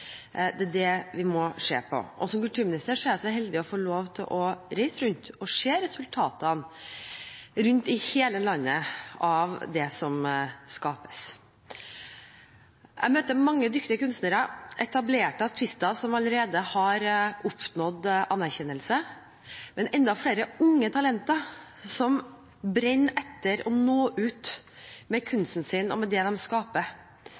det er det vi må se på. Som kulturminister er jeg så heldig å få lov til å reise rundt i hele landet og se resultatene av det som skapes. Jeg møter mange dyktige kunstnere, etablerte artister som allerede har oppnådd anerkjennelse, og enda flere unge talenter som brenner etter å nå ut med kunsten sin – med det de skaper.